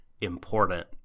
important